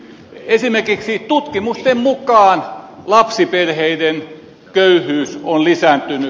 esimerkiksi tutkimusten mukaan lapsiperheiden köyhyys on lisääntynyt